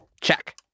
Check